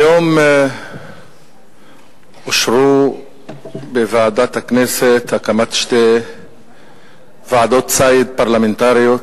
היום אישרו בוועדת הכנסת הקמת שתי ועדות ציד פרלמנטריות,